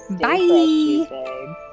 Bye